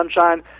sunshine